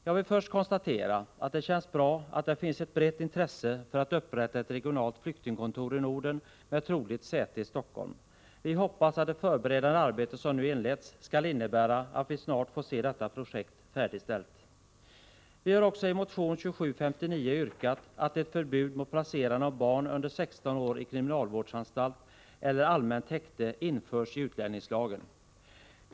Jag vill först konstatera, att det känns bra att det finns ett brett intresse för att upprätta ett regionalt flyktingkontor i Norden med troligt säte i Stockholm. Vi hoppas att det förberedande arbete som nu inletts skall innebära att vi snart får se detta projekt färdigställt. Vi har också i motionen 2759 yrkat att ett förbud mot placerande av barn under 16 år i kriminalvårdsanstalt eller allmänt häkte införs i utlänningslagen.